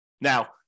Now